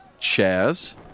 Chaz